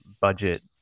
budget